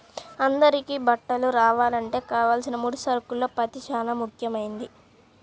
అందరికీ బట్టలు రావాలంటే కావలసిన ముడి సరుకుల్లో పత్తి చానా ముఖ్యమైంది